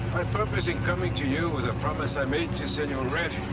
purpose in coming to you was a promise i made to sen ah red